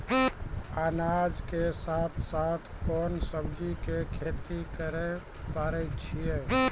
अनाज के साथ साथ कोंन सब्जी के खेती करे पारे छियै?